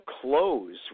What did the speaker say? close